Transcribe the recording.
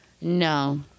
No